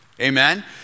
Amen